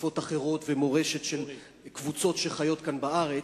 שפות אחרות ומורשת של קבוצות שחיות כאן בארץ,